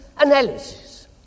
analysis